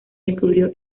descubrió